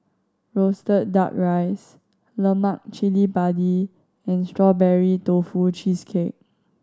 roasted Duck Rice lemak cili padi and Strawberry Tofu Cheesecake